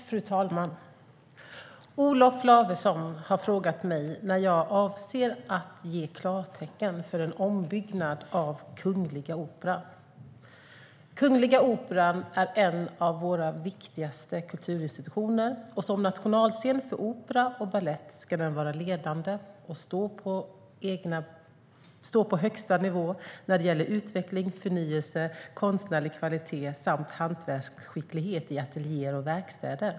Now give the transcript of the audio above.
Fru talman! Olof Lavesson har frågat mig när jag avser att ge klartecken för en ombyggnad av Kungliga Operan. Kungliga Operan är en av våra viktigaste kulturinstitutioner, och som nationalscen för opera och balett ska den vara ledande och stå på högsta nivå när det gäller utveckling, förnyelse, konstnärlig kvalitet samt hantverksskicklighet i ateljéer och verkstäder.